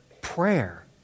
prayer